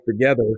together